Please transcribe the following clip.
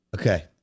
Okay